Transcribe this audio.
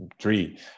three